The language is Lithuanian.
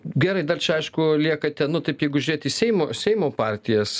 gerai dar čia aišku liekate nu taip jeigu žiūrėti į seimo seimo partijas